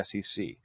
SEC